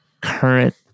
current